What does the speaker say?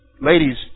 Ladies